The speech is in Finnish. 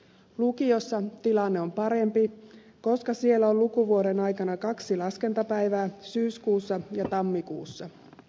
lukiossa tilanne on parempi koska siellä on lukuvuoden aikana kaksi laskentapäivää syyskuussa ja tammikuussa